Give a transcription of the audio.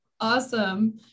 Awesome